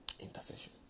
intercession